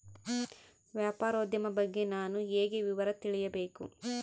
ವ್ಯಾಪಾರೋದ್ಯಮ ಬಗ್ಗೆ ನಾನು ಹೇಗೆ ವಿವರ ತಿಳಿಯಬೇಕು?